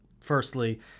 firstly